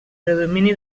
predomini